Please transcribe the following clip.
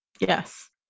Yes